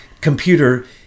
computer